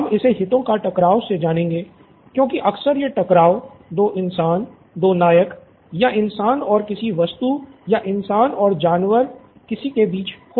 हम इसे हितों का टकराव से जानेंगे क्योंकि अक्सर ये टकराव दो इंसान दो नायक या इंसान और किसी वस्तु या इंसान और जानवर किसी के भी बीच हो सकता है